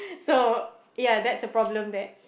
so ya that's a problem there